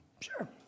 Sure